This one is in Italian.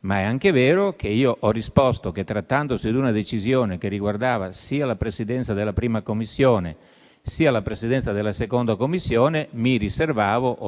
Ma è anche vero che io ho risposto che, trattandosi di una decisione che riguardava sia la Presidenza della 1ª Commissione, che quella della 2ª Commissione, mi riservavo